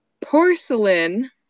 Porcelain